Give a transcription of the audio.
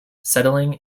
settling